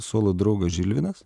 suolo draugas žilvinas